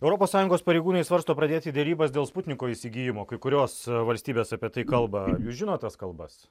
europos sąjungos pareigūnai svarsto pradėti derybas dėl sputniko įsigijimo kai kurios valstybės apie tai kalba jūs žinot tas kalbas